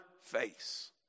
face